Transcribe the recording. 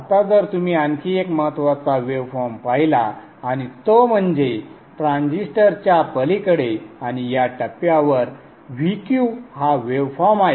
आता जर तुम्ही आणखी एक महत्त्वाचा वेव फॉर्म पाहिला आणि तो म्हणजे ट्रान्झिस्टरच्या पलीकडे आणि या टप्प्यावर Vq हा वेव फॉर्म आहे